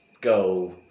go